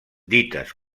dites